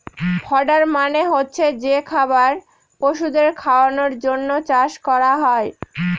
fodder মানে হচ্ছে যে খাবার পশুদের খাওয়ানোর জন্য চাষ করা হয়